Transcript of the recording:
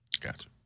Gotcha